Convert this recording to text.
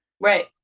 Right